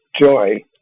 Joy